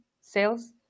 sales